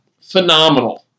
phenomenal